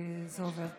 זה עובר.